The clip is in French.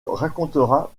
racontera